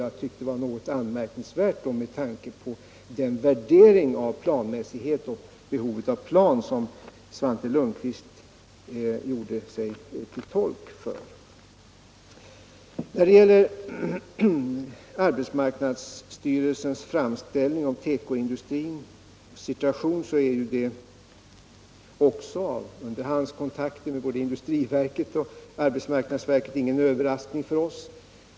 Jag tyckte att det var något anmärkningsvärt med tanke på den värdering av planmässighet och det behov av en plan som Svante Lundkvist gjorde sig tolk för. När dét gäller arbetsmarknadsstyrelsens framställning om tekoindustrins situation så var den ingen överraskning för oss. Vi har haft underhandskontakter med både arbetsmarknadsverket och industriverket.